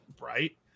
Right